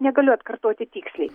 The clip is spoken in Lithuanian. negaliu atkartoti tiksliai